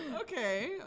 Okay